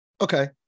Okay